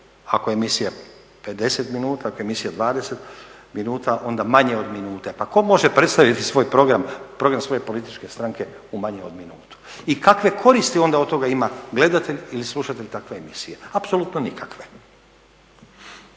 ako je emisija 50 minuta, ako je emisija 20 minuta onda manje od minute. Pa tko može predstaviti svoj program, program svoje političke stranke u manje od minutu? I kakve koristi onda od toga ima gledatelj ili slušatelj takve emisije? Apsolutno nikakve.